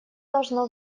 должно